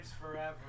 forever